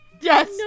Yes